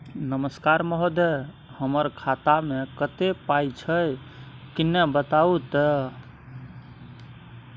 नमस्कार महोदय, हमर खाता मे कत्ते पाई छै किन्ने बताऊ त?